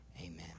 Amen